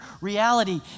reality